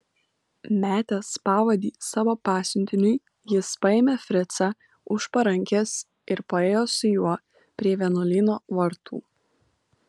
metęs pavadį savo pasiuntiniui jis paėmė fricą už parankės ir paėjo su juo prie vienuolyno vartų